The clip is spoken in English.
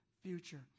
future